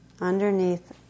Underneath